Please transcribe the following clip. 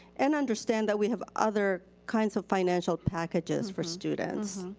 and understand that we have other kinds of financial packages for students.